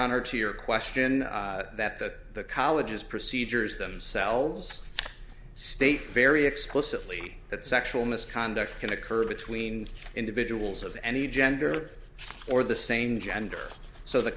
honor to your question that the colleges procedures themselves state very explicitly that sexual misconduct can occur between individuals of any gender or the same gender so the